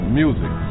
music